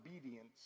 obedience